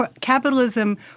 capitalism